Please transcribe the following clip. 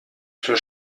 zur